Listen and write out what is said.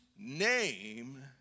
name